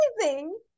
amazing